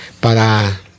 para